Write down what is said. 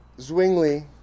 Zwingli